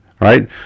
right